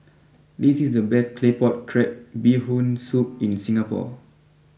this is the best Claypot Crab Bee Hoon Soup in Singapore